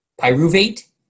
Pyruvate